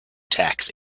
tax